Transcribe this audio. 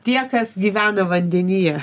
tie kas gyvena vandenyje